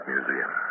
Museum